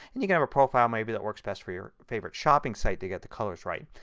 and you can have a profile maybe that works best for your favorite shopping site to get the colors right.